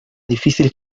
difícil